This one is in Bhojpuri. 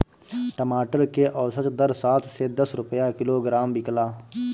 टमाटर के औसत दर सात से दस रुपया किलोग्राम बिकला?